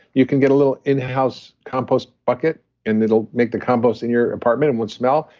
you can get a little in-house compost bucket and it'll make the compost in your apartment and would smell,